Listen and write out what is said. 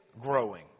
growing